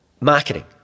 marketing